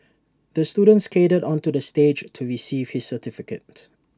the student skated onto the stage to receive his certificate